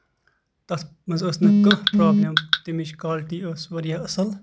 تَتھ منٛز ٲسۍ نہٕ کانٛہہ پرابلِم تَمِچ کالٹی ٲسۍ واریاہ اَصٕل